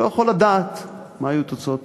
לא יכול לדעת מה יהיו התוצאות